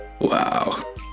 Wow